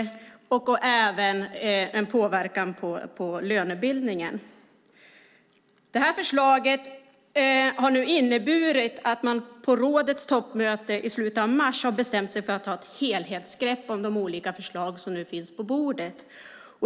Det har även en påverkan på lönebildningen. Förslagen har inneburit att man på rådets toppmöte i slutet av mars har bestämt sig för att ta ett helhetsgrepp om de olika förslag som nu finns på bordet.